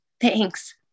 Thanks